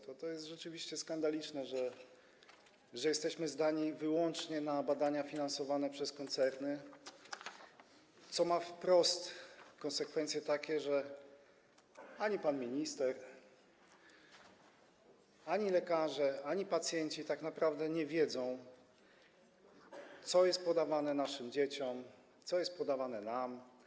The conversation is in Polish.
To jest rzeczywiście skandaliczne, że jesteśmy zdani wyłącznie na badania finansowane przez koncerny, co ma wprost konsekwencje takie, że ani pan minister, ani lekarze, ani pacjenci tak naprawdę nie wiedzą, co jest podawane naszym dzieciom, co jest podawane nam.